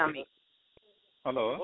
Hello